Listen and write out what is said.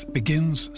begins